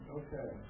okay